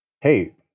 hey